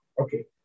Okay